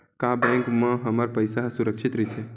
का बैंक म हमर पईसा ह सुरक्षित राइथे?